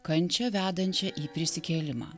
kančią vedančią į prisikėlimą